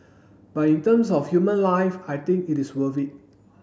but in terms of human life I think it is worth it